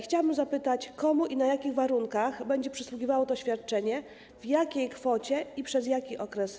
Chciałabym zapytać, komu i na jakich warunkach będzie przysługiwało to świadczenie, w jakiej kwocie i przez jaki okres.